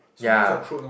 ya